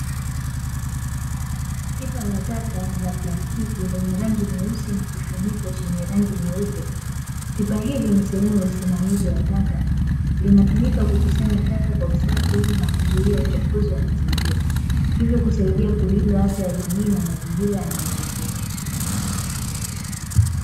Pipa la taka la plastiki lenye rangi nyeusi na kifuniko chenye rangi nyeupe, pipa hili ni sehemu ya usimamizi wa taka, linatumika kukusanya taka kwa usafi na kuzuia uchafuzi wa mazingira, hivyo kusaidia kulinda afya ya jamii na mazingira yanayozunguka.